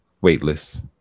weightless